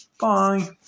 Bye